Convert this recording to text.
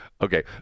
okay